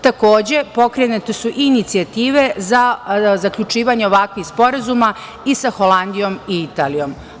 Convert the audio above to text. Takođe, pokrenute su i inicijative za zaključivanje ovakvih sporazuma i sa Holandijom i Italijom.